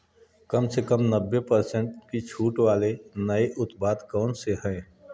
कम से कम नब्बे पर्सेंट की छूट वाले नए उत्पाद कौन से हैं